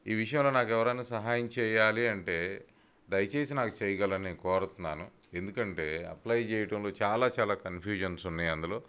ఈ విషయంలో నాకు ఎవరన్నా సహాయం చేయాలి అంటే దయచేసి నాకు చేయగలరని నేను కోరతున్నాను ఎందుకంటే అప్లై చేయడంలో చాలా చాలా కన్ఫ్యూజన్గా ఉన్నాయి అందులో